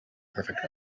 perfect